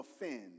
offend